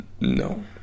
no